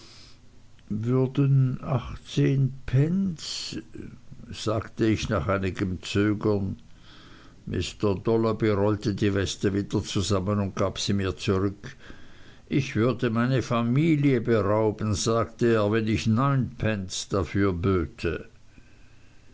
würden achtzehn pence sagte ich nach einigem zögern mr dolloby rollte die weste wieder zusammen und gab sie mir zurück ich würde meine familie berauben sagte er wenn ich neun pence dafür böte